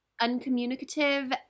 uncommunicative